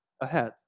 ahead